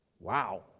Wow